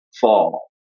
fall